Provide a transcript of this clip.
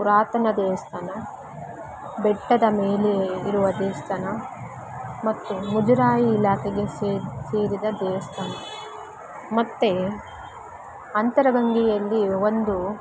ಪುರಾತನ ದೇವಸ್ಥಾನ ಬೆಟ್ಟದ ಮೇಲೆ ಇರುವ ದೇವಸ್ಥಾನ ಮತ್ತು ಮುಜರಾಯಿ ಇಲಾಖೆಗೆ ಸೆರ್ ಸೇರಿದ ದೇವಸ್ಥಾನ ಮತ್ತು ಅಂತರಗಂಗೆಯಲ್ಲಿ ಒಂದು